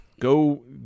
Go